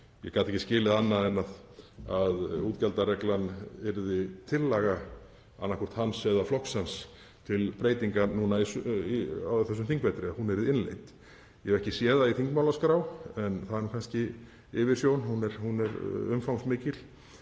ég gat ekki skilið annað en að útgjaldareglan yrði tillaga, annaðhvort hans eða flokks hans, til breytingar á þessum þingvetri, að hún yrði innleidd. Ég hef ekki séð það í þingmálaskrá en það er kannski yfirsjón, hún er umfangsmikil.